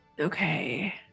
Okay